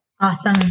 Awesome